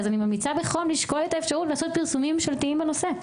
אז אני ממליצה בחום לשקול את האפשרות לעשות פרסומים ממשלתיים בנושא.